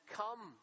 come